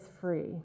free